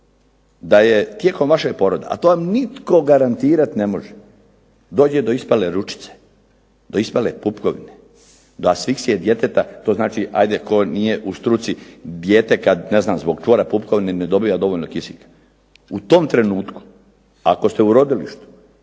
da je tijekom vašeg poroda, a to vam nitko garantirat ne može, dođe do ispale ručice, do ispale pupkovine, do asliksije djeteta, to znači ajde tko nije u struci, dijete kad zbog čvora pupkovine ne dobiva dovoljno kisik. U tom trenutku ako ste u rodilištu